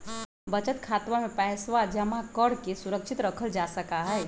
बचत खातवा में पैसवा जमा करके सुरक्षित रखल जा सका हई